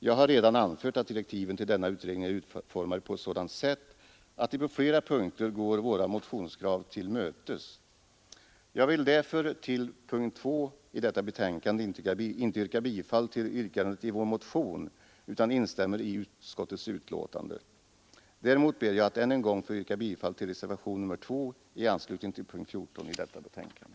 Jag har redan anfört, att direktiven till denna utredning är utformade på ett sådant sätt, att de på flera punkter går våra motionskrav till mötes. Jag vill därför vid punkten 2 i detta betänkande inte yrka bifall till yrkandet i vår motion utan instämmer i utskottets hemställan. Däremot ber jag att ännu en gång få yrka bifall till reservationen 2 i anslutning till punkten 7 i detta betänkande.